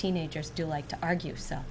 teenagers do like to argue so